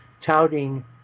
touting